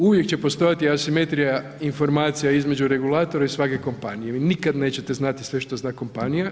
Uvijek će postojati asimetrija informacija između regulatora i svake kompanije, vi nikada nećete znati sve što zna kompanija.